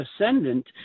ascendant